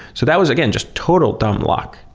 so that was, again, just total dumb luck,